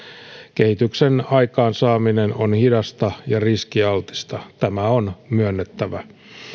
kehityksen aikaansaaminen on hidasta ja riskialtista tämä on myönnettävä